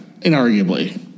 inarguably